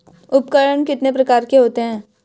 उपकरण कितने प्रकार के होते हैं?